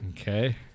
Okay